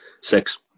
six